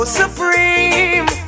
supreme